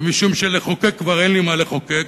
ומשום שלחוקק כבר אין לי מה לחוקק,